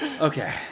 Okay